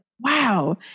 wow